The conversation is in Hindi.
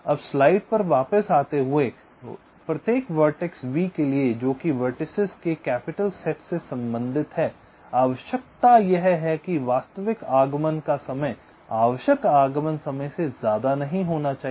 अब स्लाइड पर वापस आते हुए प्रत्येक वर्टेक्स v के लिए जोकि वर्टीसेस के कैपिटल सेट से सम्बंधित है आवश्यकता यह है कि वास्तविक आगमन का समय आवश्यक आगमन समय से ज़्यादा नहीं होना चाहिए